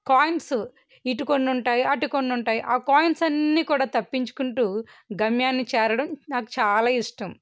coins ఇటు కొన్ని ఉంటాయి అటు కొన్ని ఉంటాయి ఆ కాయిన్స్ అన్నీ కూడా తప్పించుకుంటు గమ్యాన్ని చేరడం నాకు చాలా ఇష్టం